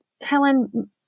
helen